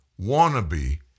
wannabe